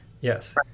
Yes